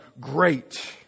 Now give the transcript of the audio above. great